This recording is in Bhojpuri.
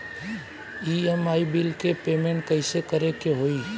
ई.एम.आई बिल के पेमेंट कइसे करे के होई?